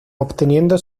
obteniendo